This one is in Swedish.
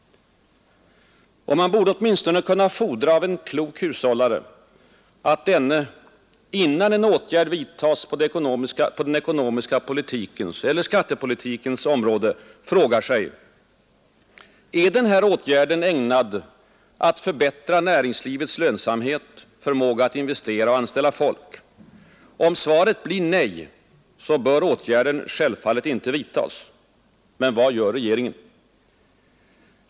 Och man borde åtminstone kunna fordra av en klok hushållare att denne, innan en åtgärd vidtas på den ekonomiska politikens eller skattepolitikens område frågar sig: Är åtgärden ägnad att förbättra näringslivets lönsamhet, förmåga att investera och anställa folk? Blir svaret nej, bör åtgärden självfallet inte vidtas. Men vad gör regeringen?